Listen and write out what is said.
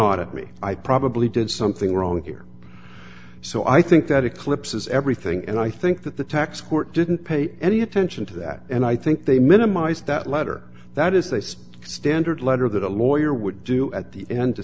audit me i probably did something wrong here so i think that eclipses everything and i think that the tax court didn't pay any attention to that and i think they minimize that letter that is they say standard letter that a lawyer would do at the end to